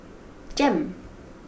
Jem